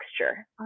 texture